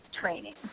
Training